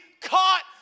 caught